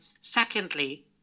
Secondly